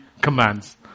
commands